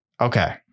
okay